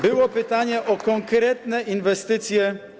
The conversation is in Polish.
Było pytanie o konkretne inwestycje.